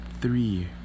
three